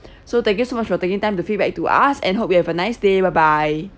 so thank you so much for taking time to feedback to us and hope you have a nice day bye bye